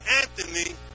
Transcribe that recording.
Anthony